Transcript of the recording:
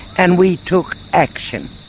and we took action.